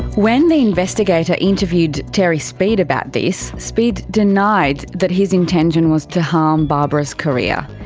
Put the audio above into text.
when the investigator interviewed terry speed about this, speed denied that his intention was to harm barbara's career.